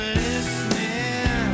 listening